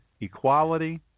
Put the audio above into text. equality